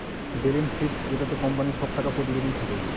balance sheet যেটাতে কোম্পানির সব টাকা প্রতিবেদন থাকে